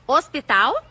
Hospital